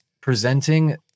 presenting